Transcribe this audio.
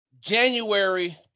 january